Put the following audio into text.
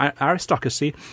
aristocracy